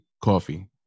Coffee